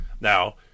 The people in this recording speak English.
now